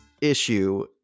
issue